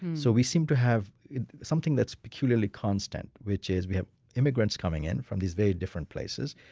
so we seem to have something that's peculiarly constant, which is we have immigrants coming in from these very different places.